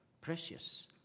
precious